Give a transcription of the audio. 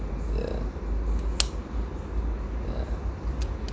yeah yeah